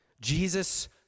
Jesus